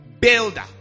builder